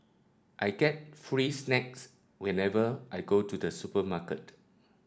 I get free snacks whenever I go to the supermarket